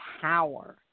power